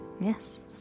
yes